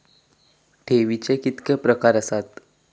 ठेवीचे कितके प्रकार आसत?